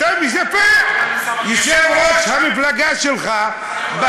יושב-ראש המפלגה שלך,